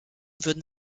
würden